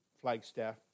Flagstaff